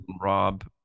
rob